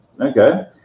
Okay